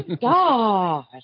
God